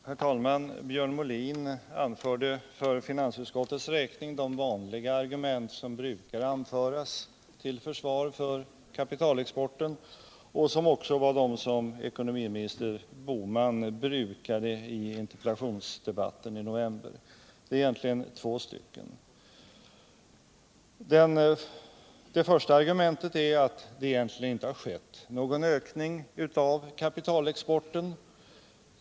Herr talman! Björn Molin anförde för finansutskottets räkning de argument som brukar anföras till försvar för kapitalexporten och som också var de som ekonomiminister Bohman brukade i interpellationsdebatten i november. Det är egentligen två stycken. Det första argumentet är att det egentligen inte har skett någon ökning av kapitalexponien.